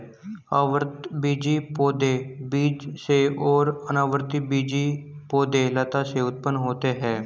आवृतबीजी पौधे बीज से और अनावृतबीजी पौधे लता से उत्पन्न होते है